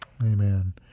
Amen